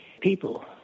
people